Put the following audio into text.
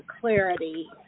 clarity